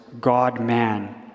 God-man